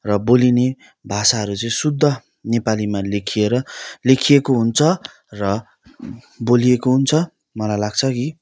र बोलिने भाषाहरू चाहिँ शुद्ध नेपालीमा लेखिएर लेखिएको हुन्छ र बोलिएको हुन्छ मलाई लाग्छ कि